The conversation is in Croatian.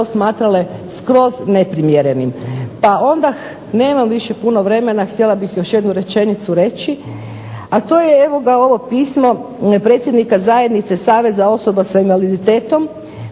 smatrale skroz neprimjerenim, pa onda nemam više puno vremena. Htjela bih još jednu rečenicu reći, a to je evo ga ovo pismo predsjednika Zajednice saveza osoba sa invaliditetom